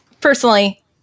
Personally